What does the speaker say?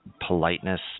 politeness